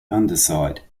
underside